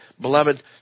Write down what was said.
Beloved